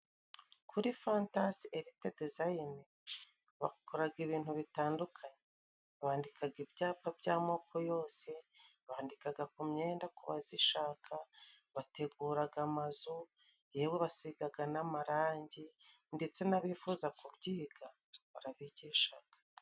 Kuri fantasi elite dizayine, bakora ibintu bitandukanye. Bandika ibyapa by'amoko yose, bandika ku myenda ku bayishaka, bategura amazu, yewe basiga n'amarangi, ndetse n'abifuza kubyiga barabigisha.